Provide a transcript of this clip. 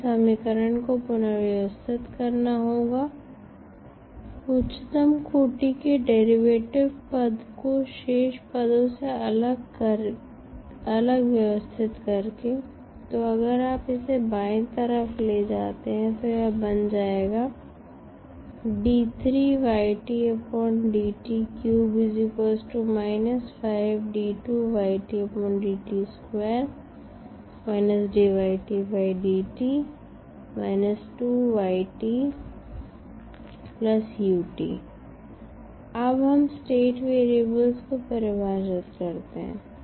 हमें समीकरण को पुनर्व्यवस्थित करना होगा उच्चतम कोटि के डेरिवेटिव पद को शेष पदों से अलग व्यवस्थित करके तो अगर आप इसे बायीं तरफ ले जाते हैं तो यह बन जाएगा अब हम स्टेट वेरिएबल्स को परिभाषित करते हैं